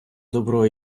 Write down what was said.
доброго